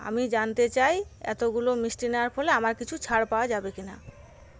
আমি জানতে চাই এতোগুলো মিষ্টি নেওয়ার ফলে আমার কিছু ছাড় পাওয়া যাবে কিনা